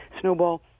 snowball